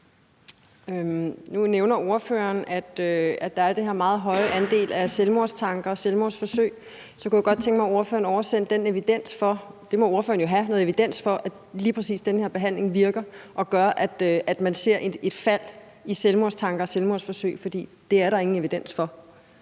Nu nævner ordføreren, at der er den her meget høje andel af selvmordstanker og selvmordsforsøg. Så kunne jeg godt tænke mig, at ordføreren oversendte et papir på den evidens. Ordføreren må jo have noget evidens for, at lige præcis den her behandling virker og gør, at man ser et fald i andelen af selvmordstanker og selvmordsforsøg – men det er der ingen evidens for.